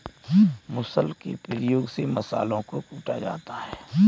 मुसल के प्रयोग से मसालों को कूटा जाता है